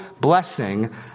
blessing